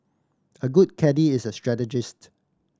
a good caddie is a strategist